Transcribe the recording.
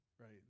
right